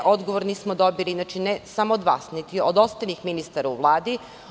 Odgovor nismo dobili ne samo od vas, niti od ostalih ministara u Vladi.